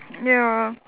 ya